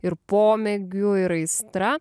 ir pomėgiu ir aistra